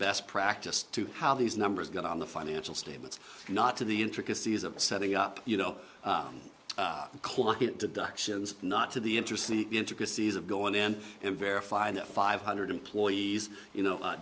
best practice to how these numbers got on the financial statements not to the intricacies of setting up you know the clock it deductions not to the interest the intricacies of going in and verify that five hundred employees you know